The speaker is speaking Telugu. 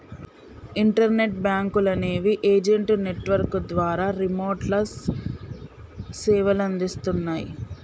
ఇంటర్నెట్ బ్యేంకులనేవి ఏజెంట్ నెట్వర్క్ ద్వారా రిమోట్గా సేవలనందిస్తన్నయ్